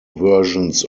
versions